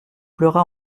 pleura